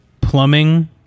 plumbing